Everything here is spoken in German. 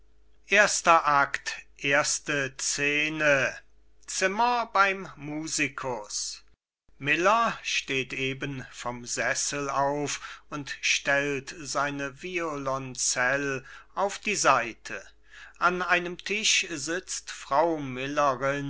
erster akt erste scene zimmer beim musikus miller steht eben vom sessel auf und stellt sein violoncell auf die seite an einem tisch sitzt frau millerin